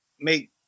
make